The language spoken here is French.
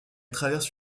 traverse